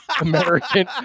American